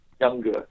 younger